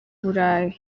burayi